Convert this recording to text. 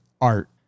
art